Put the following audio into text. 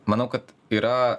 manau kad yra